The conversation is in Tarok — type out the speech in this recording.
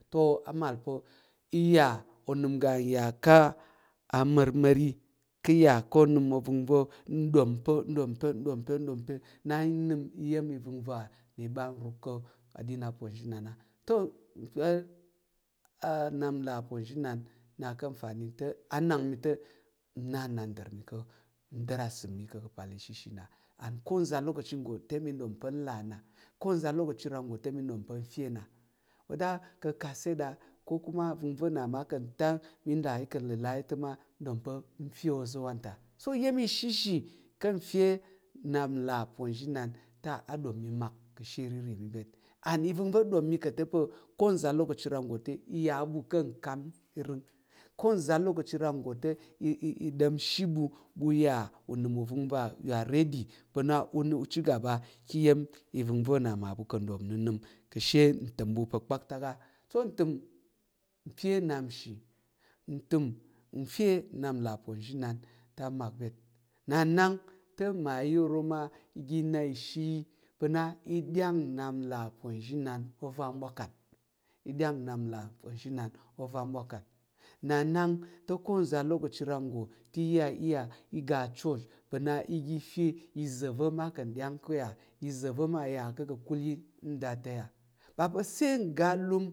To ama pa̱ iya onəm ga nya ká̱ marmari iche ya ko nəm o ovəngva̱ nɗom pa̱ ɗom pa̱ ɗom pa̱ ɗom pa̱ ɗom pa̱ na nəm iya̱m ivəngva̱ i ɓa rup ká̱ aɗin aponzhinnan to igbal nnap là aponzhinan a na ka̱ fani a nak te nna nandər ndar a sat mi ka̱ pal shishi na and ko nza̱ lokoci nggo te mi ɗom pa̱ u là ko nza̱ lokoci ga te mi ɗom pa̱ nta nnap whether kakaset a ko kuma a vəngva̱ na ma ka̱ tan mi là, yi kang ka̱ ayi ta ma nɗom pa̱ n te oza̱ wanta so iya̱m ishishi ka̱t te nnap là aponzhinan ta te a ɗom mi mal là shi irirì mi byet and i vəngva̱ ɗom ta ko nza̱ alokoci ranggo te ɓu ta ka̱ kam iəing ko na̱e lokoci ranggo te da̱mshi ɓu ɓu ya unəm uvəngva ready ɓu ya pa̱ na cigaba ka̱ vəngva̱ na ma ɓu ka̱ ɗom nənəm ka̱ she ntəm ɓu pa̱ ka̱ so ntəm fe lam shi ntəm nnap nlà ka̱ uponzhinan te a mak byet nna nante mmayi oro ma iga na ishi yi pa̱ na i ɗyang nnap là aponzhinan ovan bwakan i ɗyang nnap nlà aponzhinan ovan bwakan nna nante ko uza̱ alokoci ranggo te iya chə iya iga church pa̱ na iae ga iza̱ va ma ka nɗyang ko ya iza̱ va̱ ma ya ko ka̱kul yi ka̱ nda ta̱ ya ɓa pa̱ asa̱l ngga lum.